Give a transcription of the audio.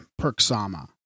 Perksama